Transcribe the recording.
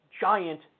giant